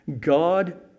God